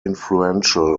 influential